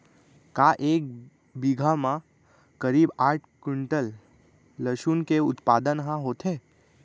का एक बीघा म करीब आठ क्विंटल लहसुन के उत्पादन ह होथे?